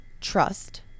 trust